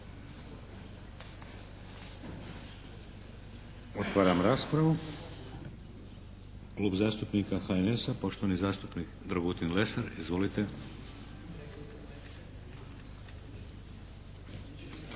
Otvaram raspravu. Klub zastupnika HNS-a poštovani zastupnik Dragutin Lesar, izvolite.